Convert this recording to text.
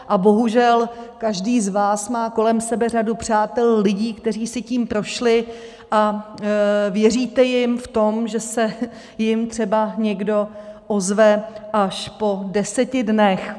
A bohužel každý z vás má kolem sebe řadu přátel, lidí, kteří si tím prošli, a věříte jim v tom, že se jim třeba někdo ozve až po deseti dnech.